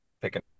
picking